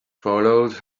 followed